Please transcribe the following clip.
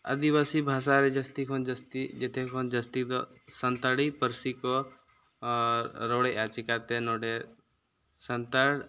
ᱟᱹᱫᱤᱵᱟᱹᱥᱤ ᱵᱷᱟᱥᱟ ᱨᱮ ᱡᱟᱥᱛᱤ ᱠᱷᱚᱱ ᱡᱟᱥᱛᱤ ᱡᱮᱛᱮ ᱠᱷᱚᱱ ᱡᱟᱥᱛᱤ ᱫᱚ ᱥᱟᱱᱛᱟᱲᱤ ᱯᱟᱹᱨᱥᱤ ᱠᱚ ᱟᱨ ᱨᱚᱲᱮᱜᱼᱟ ᱪᱮᱠᱟᱛᱮ ᱱᱚᱰᱮ ᱥᱟᱱᱛᱟᱲ